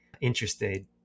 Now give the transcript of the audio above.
interested